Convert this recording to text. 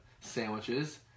sandwiches